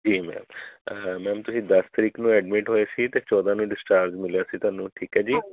ਜੀ ma'am ma'am ਤੁਸੀਂ ਦਸ ਤਰੀਕ ਨੂੰ ਐਡਮਿਟ ਹੋਏ ਸੀ ਤੇ ਚੌਦਾਂ ਨੂੰ ਡਿਸਚਾਰਜ ਮਿਲਿਆ ਸੀ ਤੁਹਾਨੂੰ ਠੀਕ ਹੈ ਜੀ